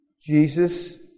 Jesus